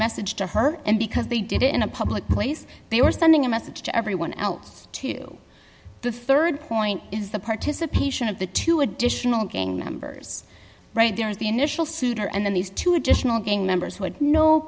message to her and because they did it in a public place they were sending a message to everyone else to the rd point is the participation of the two additional gang members right there is the initial suitor and then these two additional gang members wh